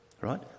right